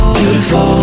beautiful